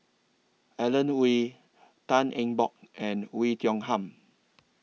Alan Oei Tan Eng Bock and Oei Tiong Ham